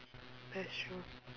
that's true